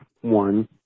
one